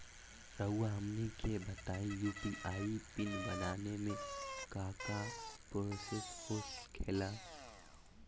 रहुआ हमनी के बताएं यू.पी.आई पिन बनाने में काका प्रोसेस हो खेला?